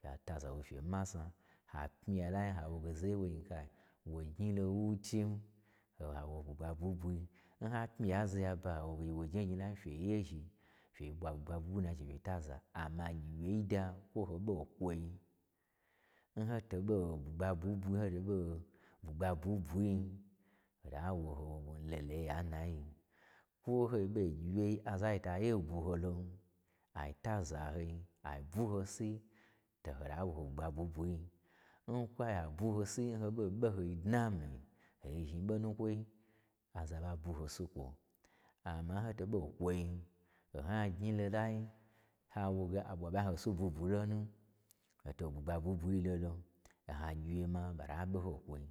Pya taza ho fye masna, ha pmi ya lai ho wa goe za ye nwo nyi kai wo gnyi lo n wu chim. oha wo ho n bwugba bwui bwui-i, n ha pmi ya n zaye aba, ha woge gye woje gnyi lai fye ye zhi, fye ɓwa bwugba bwui bwui n naje, amma gyiwyei da kwo ho ɓo n kwoi, n ho to ɓomn bwugba bwui bwui-in hoto ɓo n bwugba bwui bwui hota wo ho leleyiya n nayin kwo n ho ɓo n gyiwyei azan ta ye gwu ho lon ai taza nhoi, abwu hosi to ho ta wo ho bwu gba bwui bwui-i n kwo a bwu hosi n ho ɓo n ɓoho dna n mi-i, hoi zhni ɓo nukwoi, aza ɓa bwu hosi n kwo. Amma h ho to ɓo n kwoin, hon ho nya gnjyi lo lai, ha wo ge a ɓwa ɓa nya ho si bwubwu lo nu, ho to nbwugba bwui bwui lolon, o ha gyiwye ma, ɓa ta ɓo ho n kwoin